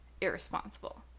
irresponsible